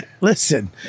Listen